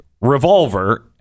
revolver